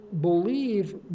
believe